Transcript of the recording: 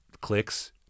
clicks